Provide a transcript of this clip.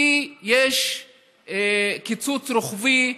כי יש קיצוץ רוחבי,